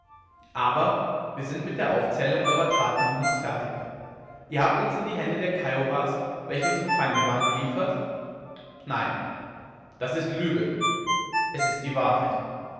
aber wir sind mit der aufzählung eurer taten noch nicht fertig ihr habt uns in die hände der kiowas welche unsere feinde waren geliefert nein das ist lüge es ist die wahrheit